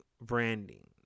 branding